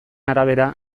arabera